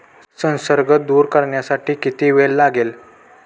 संसर्ग दूर करण्यासाठी किती वेळ लागेल?